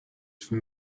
from